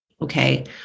Okay